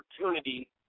opportunity